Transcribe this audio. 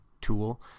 tool